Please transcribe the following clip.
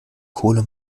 kohle